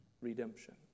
redemption